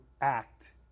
act